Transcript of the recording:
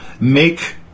make